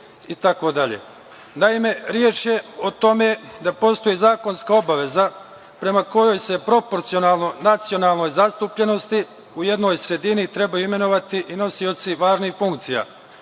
lično. Naime, reč je o tome da postoji zakonska obaveza prema kojoj se proporcionalno nacionalnoj zastupljenosti u jednoj sredini trebaju imenovati i nosioci važnih funkcija,